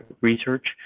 research